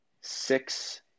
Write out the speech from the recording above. six